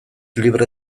libre